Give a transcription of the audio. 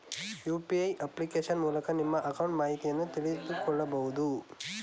UPA application ಮೂಲಕ ನಿಮ್ಮ account ಮಾಹಿತಿಯನ್ನು ತಿಳಿದುಕೊಳ್ಳಬಹುದು